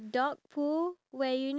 ya